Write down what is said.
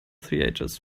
theatres